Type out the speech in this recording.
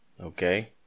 okay